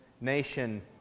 nation